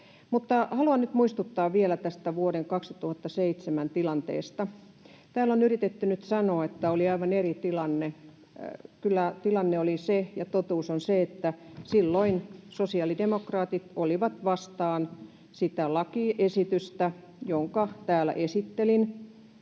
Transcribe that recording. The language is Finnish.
haluan nyt muistuttaa vielä tästä vuoden 2007 tilanteesta. Täällä on yritetty nyt sanoa, että oli aivan eri tilanne. Kyllä tilanne oli se ja totuus on se, että silloin sosiaalidemokraatit olivat vastaan sitä lakiesitystä, jonka täällä esittelin,